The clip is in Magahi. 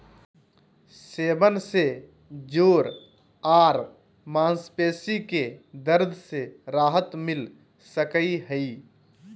सेवन से जोड़ आर मांसपेशी के दर्द से राहत मिल सकई हई